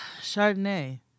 Chardonnay